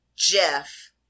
Jeff